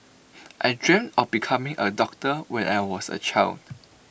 I dreamt of becoming A doctor when I was A child